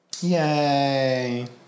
Yay